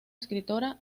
escritora